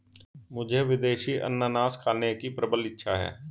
मुझे विदेशी अनन्नास खाने की प्रबल इच्छा है